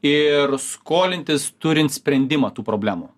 ir skolintis turint sprendimą tų problemų